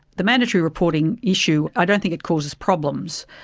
the mandatory reporting issue, i don't think it causes problems,